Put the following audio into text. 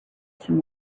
some